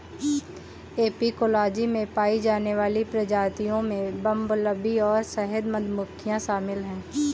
apicology में पाई जाने वाली प्रजातियों में बंबलबी और शहद मधुमक्खियां शामिल हैं